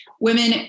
women